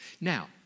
Now